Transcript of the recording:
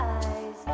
eyes